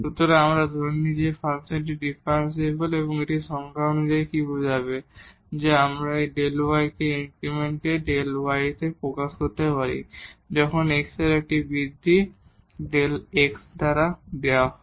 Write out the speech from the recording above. সুতরাং আমরা ধরে নিই যে ফাংশনটি ডিফারেনশিবল এবং এটি সংজ্ঞা অনুসারে কী বোঝাবে যে আমরা এই Δ y ইনক্রিমেন্টকে Δ y তে প্রকাশ করতে পারি যখন x এ একটি বৃদ্ধি Δ x দ্বারা দেওয়া হয়